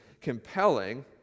compelling